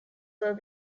were